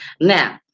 Now